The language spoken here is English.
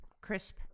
crisp